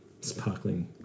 sparkling